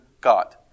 god